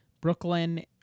Brooklyn